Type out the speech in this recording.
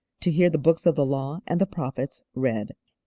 to hear the books of the law and the prophets read.